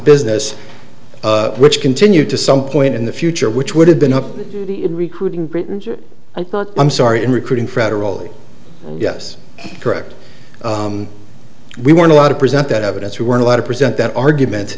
business which continued to some point in the future which would have been up to be in recruiting britain i thought i'm sorry in recruiting federally yes correct we weren't allowed to present that evidence who weren't allowed to present that argument